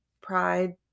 Pride